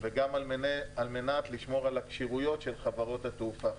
וגם על מנת לשמור על הכשירויות של חברות התעופה.